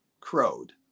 crowed